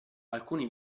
alcuni